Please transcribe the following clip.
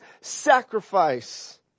sacrifice